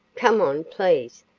come on, please.